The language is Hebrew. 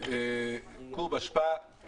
קוב אשפה.